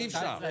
אי אפשר.